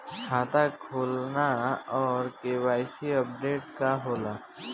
खाता खोलना और के.वाइ.सी अपडेशन का होला?